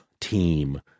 team